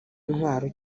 ntwaro